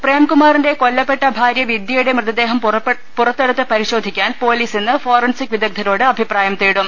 പ്രേംകുമാറിന്റെ കൊല്ലപ്പെട്ട ഭാര്യ വിദ്യ യുടെ മൃതദേഹം പുറത്തെടുത്ത് പരിശോധിക്കാൻ പൊലീസ് ഇന്ന് ഫോറൻസിക് വിദഗ്ധരോട് അഭിപ്രായം തേടും